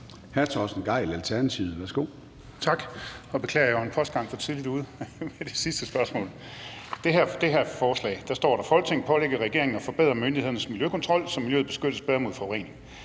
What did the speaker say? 13:27 Torsten Gejl (ALT): Tak. Jeg beklager, at jeg var en postgang for tidligt ude med det sidste spørgsmål. I det her forslag står der: »Folketinget pålægger regeringen at forbedre myndighedernes miljøkontrol, så miljøet beskyttes bedre mod forurening.